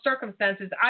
circumstances